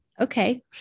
Okay